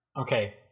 Okay